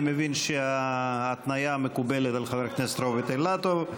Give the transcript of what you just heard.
אני מבין שההתניה מקובלת על חבר הכנסת רוברט אילטוב.